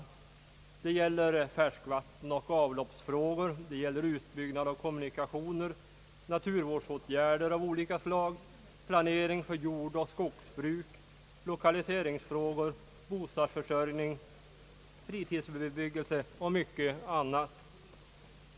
Det gäller färskvatten. och avloppsfrågor, det gäller utbyggnad av kommunikationer, naturvårdsåtgärder av olika slag, planering för jordoch skogsbruk, lokaliseringsfrågor, bostadsförsörjning, fritidsbebyggelse och mycket annat.